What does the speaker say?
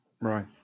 right